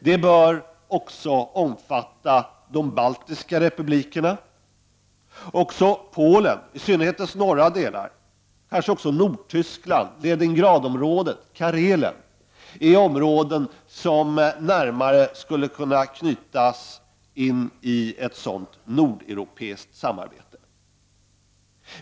Det bör omfatta också de bal tiska republikerna, Polen, i synnerhet dess norra del, kanske också Nordtyskland, Leningradområdet och Karelen. Det är områden som närmare skulle kunna knytas till ett sådant nordeuropeiskt samarbete.